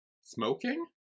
smoking